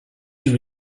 you